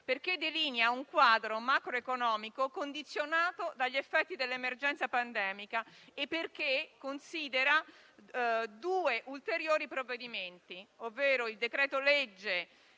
perché delinea un quadro macroeconomico condizionato dagli effetti dell'emergenza pandemica e perché considera due ulteriori provvedimenti, ovvero il decreto-legge